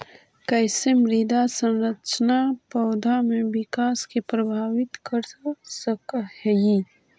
कईसे मृदा संरचना पौधा में विकास के प्रभावित कर सक हई?